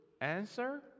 answer